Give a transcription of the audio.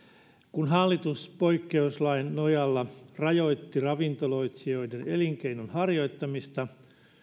kun hallitus poikkeuslain nojalla rajoitti ravintoloitsijoiden elinkeinon harjoittamista